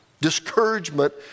Discouragement